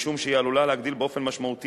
משום שהיא עלולה להגדיל באופן משמעותי